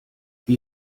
wie